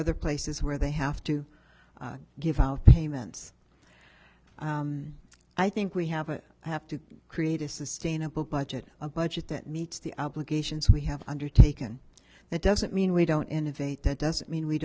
other places where they have to give out payments i think we have a have to create a sustainable budget a budget that meets the obligations we have undertaken that doesn't mean we don't innovate that doesn't mean we